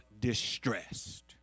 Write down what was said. distressed